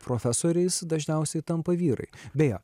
profesoriais dažniausiai tampa vyrai beje